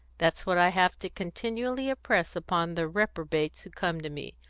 that's what i have to continually impress upon the reprobates who come to me.